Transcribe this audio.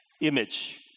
image